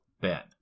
Ben